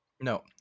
No